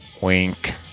Wink